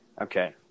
Okay